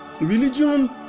religion